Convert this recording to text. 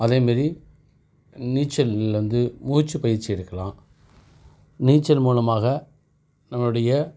அதேமாரி நீச்சலில் இருந்து மூச்சு பயிற்சி எடுக்கலாம் நீச்சல் மூலமாக நம்மளுடைய